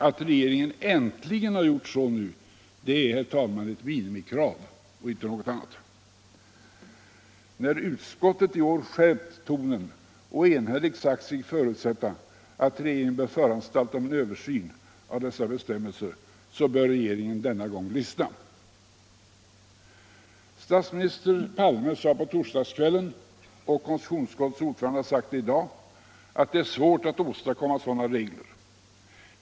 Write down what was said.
Att regeringen nu äntligen gör så är ett minimikrav och ingenting annat. När utskottet i år skärpt tonen och enhälligt sagt sig förutsätta att regeringen föranstaltar om en översyn av dessa bestämmelser, bör regeringen denna gång lyssna. Statsminister Palme sade på torsdagskvällen, och konstitutionsutskottets ordförande har sagt det i dag, att det är svårt att åstadkomma sådana regler.